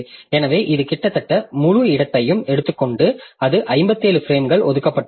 எனவே இது கிட்டத்தட்ட முழு இடத்தையும் எடுத்துக் கொண்டு அது 57 பிரேம்கள் ஒதுக்கப்பட்டுள்ளது